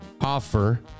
offer